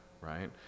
right